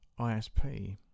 ISP